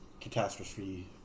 Catastrophe